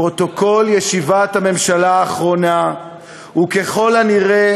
פרוטוקול ישיבת הממשלה האחרונה הוא ככל הנראה